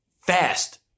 fast